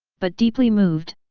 but deeply moved.